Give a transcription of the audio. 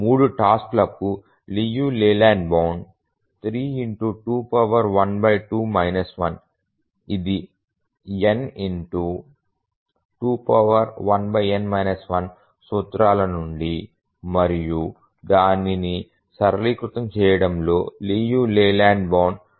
3 task లకు Liu Layland bound 3213 1 ఇది n21n 1 సూత్రాల నుండి మరియు దానిని సరళీకృతం చేయడంలో లియు లేలాండ్ బౌండ్ 0